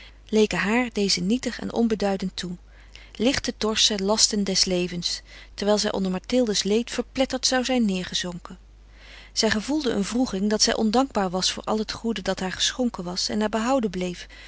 leken haar deze nietig en onbeduidend toe licht te torsen lasten des levens terwijl zij onder mathilde's leed verpletterd zou zijn neergezonken zij gevoelde een wroeging dat zij ondankbaar was voor al het goede dat haar geschonken was en haar behouden bleef